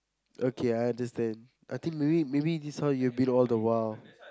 okay I understand I think maybe maybe this one you have been all the while